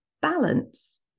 balance